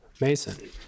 Mason